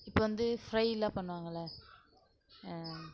இப்போது வந்து ஃபிரைலாம் பண்ணுவாங்கல்லை